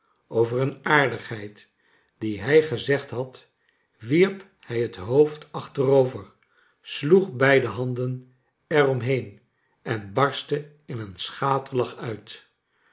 over een aardigheid die hij gezegd had wierp hij het hoofd achterover sloeg beide handen er om heen en barstte in een schaterlach uit